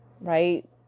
right